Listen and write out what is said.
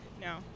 No